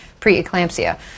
preeclampsia